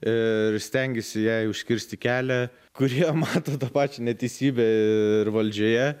ir stengiasi jai užkirsti kelią kurie mato tą pačią neteisybę ir valdžioje